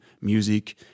music